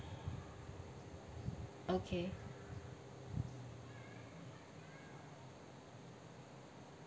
okay